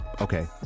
okay